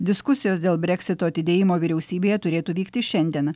diskusijos dėl breksito atidėjimo vyriausybėje turėtų vykti šiandieną